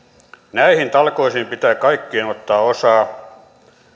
näihin talkoisiin pitää kaikkien ottaa osaa